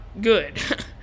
good